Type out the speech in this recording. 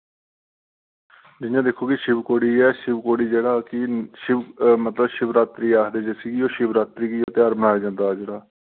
जि'यां दिक्खो कि शिव खोड़ी ऐ शिव खोड़ी जेह्ड़ा कि शिव मतलब शिवरात्रि आखदे जिस्सी कि ओह् शिवरात्रि कि त्यार मनाया जंदा जेह्ड़ा